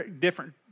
different